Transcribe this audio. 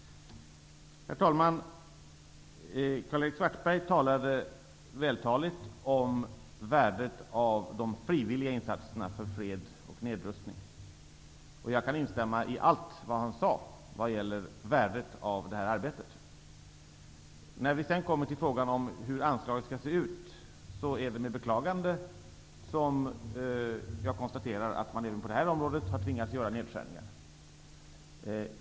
Herr talman! Karl-Erik Svartberg talade vältaligt om värdet av de frivilliga insatserna för fred och nedrustning. Jag kan instämma i allt vad han sade vad gäller värdet av det arbetet. När vi sedan kommer till frågan om hur anslaget skall se ut, är det med beklagande som jag konstaterar att man även på det här området har tvingats göra nedskärningar.